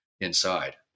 inside